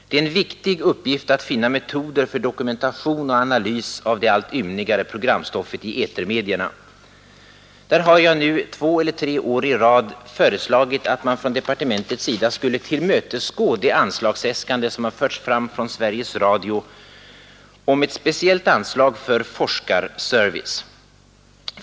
Det är en viktig uppgift att finna metoder för dokumentation och analys av det allt ymnigare programstoffet i etermedierna. Jag har två eller tre år i rad föreslagit att departementet skulle tillmötesgå de äskanden som framförts från Sveriges Radio om ett speciellt anslag för forskarservice.